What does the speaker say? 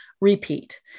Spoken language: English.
repeat